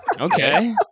okay